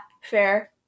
fair